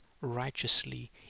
righteously